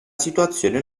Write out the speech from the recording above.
situazione